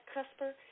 Cusper